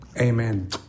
Amen